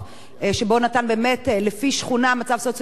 שקבע לפי שכונה מצב סוציו-אקונומי